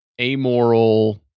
amoral